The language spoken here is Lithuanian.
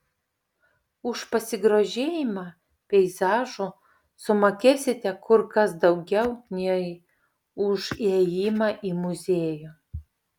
už pasigrožėjimą peizažu sumokėsite kur kas daugiau nei už įėjimą į muziejų